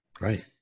Right